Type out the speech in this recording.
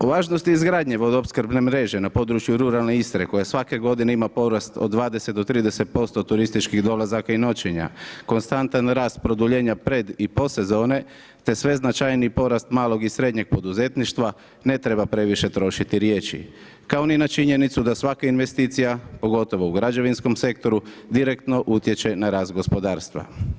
O važnosti izgradnje vodoopskrbne mreže na području ruralne Istre koja svake godine ima porast od 20 do 30% turističkih dolazaka i noćenja, konstantan rast produljenja pred i post sezone te sve značajniji porast malog i srednjeg poduzetništva ne treba previše trošiti riječi kao ni na činjenicu da svaka investicija pogotovo u građevinskom sektoru direktno utječe na rast gospodarstva.